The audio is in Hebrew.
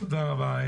תודה רבה.